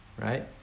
right